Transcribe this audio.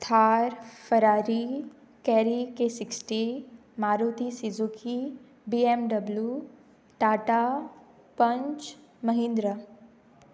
Thar Ferrari carry K sixty Maruti Suzuki B M W Tata punch Mahindra